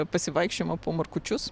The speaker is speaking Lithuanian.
pasivaikščiojimą po markučius